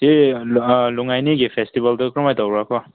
ꯁꯤ ꯑꯥ ꯂꯨꯏꯉꯥꯏꯅꯤꯒꯤ ꯐꯦꯁꯇꯤꯕꯦꯜꯗꯨ ꯀꯔꯝ ꯍꯥꯏ ꯇꯧꯕ꯭ꯔꯥꯀꯣ